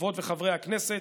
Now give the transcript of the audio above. חברות וחברי הכנסת,